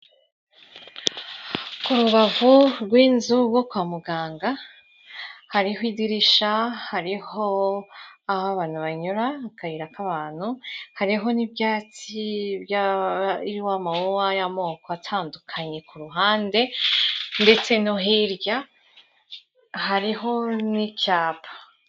Ku rubavu rw'inzu kwa muganga, hariho idirisha hariho n'aho abantu banyura, akayira k'abantu hariho n'ibyatsi, by'amabara y'amoko atandukanye, ku ruhande ndetse no hirya hariho n'icyapa.